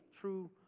true